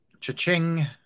Cha-ching